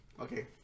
Okay